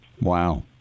Wow